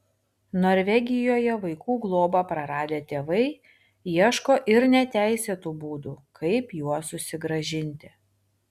norvegijoje vaikų globą praradę tėvai ieško ir neteisėtų būdų kaip juos susigrąžinti